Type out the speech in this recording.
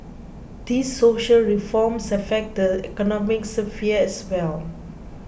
these social reforms affect the economic sphere as well